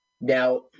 Now